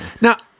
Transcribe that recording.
now